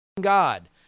God